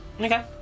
Okay